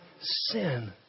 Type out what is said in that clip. sin